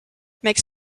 makes